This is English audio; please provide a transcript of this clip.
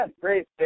great